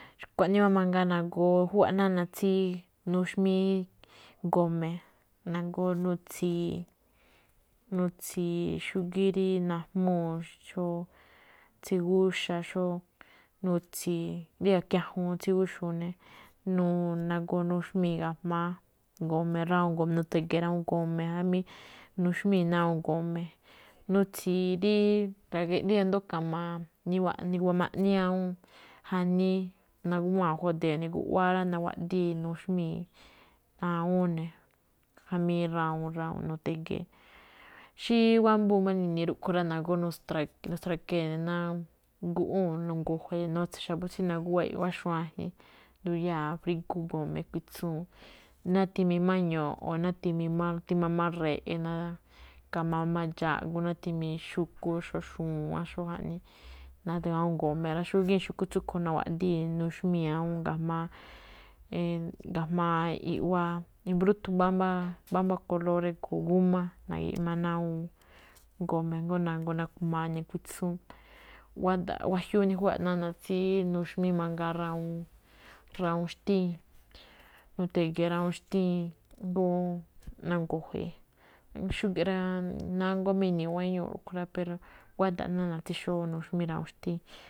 Xkuaꞌnii máꞌ mangaa nagoo júwa̱ꞌ nána̱ tsí nuxmíí go̱me̱. Nagóo̱ nutsi̱i̱, nutsi̱i̱ xúgíí rí najmúu̱, xó tsigúxa̱, xó, nutsi̱i̱. Ríga̱ kiajuun tsi̱gúxu̱u̱ ne̱, nagoo nuxmíi̱ ga̱jma̱á go̱me̱ rawuun go̱me nu̱te̱ge̱e̱ rawuun go̱me̱, jamí nuxmíi̱ ná awúun go̱me̱. Nutsi̱i̱ rí, rí i̱ndo̱ó ka̱ma, niwaꞌníí awúun. Jamí naguwáa̱nꞌ judee̱ ne̱ guꞌwáá, naguaꞌdíi̱ nuxmíi̱ awúun ne̱. Jamí rawuun rawuun nu̱te̱ge̱e̱. Xí wámbúu̱n máꞌ nini̱i̱ rúꞌkhue̱n rá. Nagóo̱ nu̱stre̱ge̱e̱ ne̱, guꞌwúu̱n nu̱ngu̱jue̱e̱ ne̱, nutse̱ xa̱bo̱ tsí naguwá iꞌwá xuajen. Nduyáa̱ frígú go̱me̱ kuitsúun, ná timii máꞌ ño̱ꞌo̱n, ná timii máꞌ, tima máꞌ re̱ꞌe̱, naa ka̱ma̱a̱ máꞌ dxáꞌgú, ná timii máꞌ xu̱kú, xóo xu̱wán xóo jaꞌnii, ná tima awúun go̱me rá. Xúgíin xu̱kú tsúꞌkue̱n, nawaꞌdii̱n nuxmíi̱n awúun ga̱jma̱á, ga̱jma̱á iꞌwá, i̱mbrúthun mbámbá, mbámbá kolor drígo̱o̱ gúmá, na̱gi̱ꞌma ná awúun go̱me jngó kajngó nandoo nakujmaa ne kuitsúun. Wáda̱ꞌ, wajiúú nijúwa̱ꞌ nána̱ tsí nuxmí mangaa rawuun, rawuun xtíin, nu̱te̱gee̱ rawuun xtíin, na̱ngu̱jue̱e̱, xúge̱ꞌ rá, nánguá máꞌ ini̱i̱ guéño rúꞌkhue̱n rá, pero kuáda̱ꞌ nána̱ tsí xóó nuxmí rawuun xtíin.